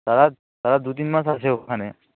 তারা তারা দু তিন মাস আছে ওখানে